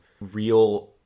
real